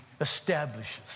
establishes